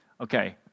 Okay